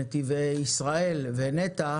נתיבי ישראל ונת"ע